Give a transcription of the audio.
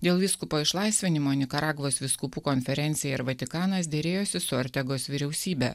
dėl vyskupo išlaisvinimo nikaragvos vyskupų konferencija ir vatikanas derėjosi su ortegos vyriausybe